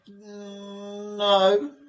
No